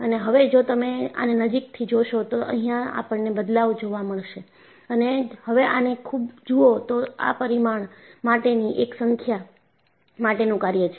અને હવે જો તમે આને નજીકથી જોશો તો અહિયાં આપણને બદલાવ જોવા મળશે અને હવે આને જુઓ તો આ પરિમાણ માટેની એક સંખ્યા માટેનું કાર્ય છે